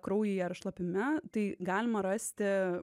kraujyje ar šlapime tai galima rasti